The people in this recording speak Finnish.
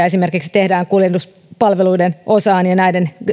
esimerkiksi tehdään täsmennyksiä kuljetuspalveluiden osaan ja näiden